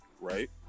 right